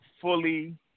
fully